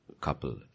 couple